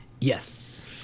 Yes